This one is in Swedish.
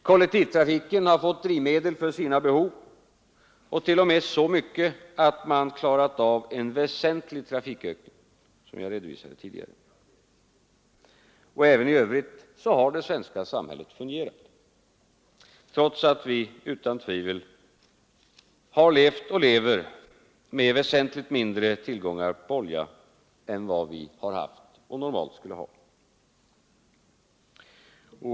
Kollektivtrafiken har fått drivmedel för sina behov, t.o.m. så mycket att man klarat av en väsentlig trafikökning, vilket jag redovisade tidigare. Även i övrigt har det svenska samhället fungerat, trots att vi utan tvivel har levt och lever med väsentligt mindre tillgångar på olja än vad vi har haft och normalt skulle ha.